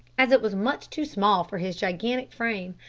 as it was much too small for his gigantic frame,